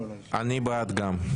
אני בעד גם.